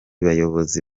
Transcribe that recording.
bayobozi